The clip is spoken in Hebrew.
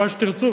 מה שתרצו